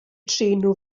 trin